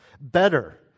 Better